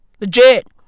Legit